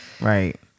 right